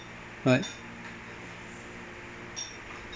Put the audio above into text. right